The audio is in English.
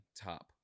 top